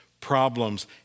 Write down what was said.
problems